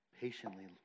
patiently